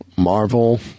Marvel